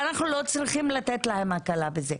ואנחנו לא צריכים לתת להם הקלה בזה.